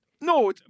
No